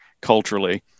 culturally